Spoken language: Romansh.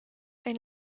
ein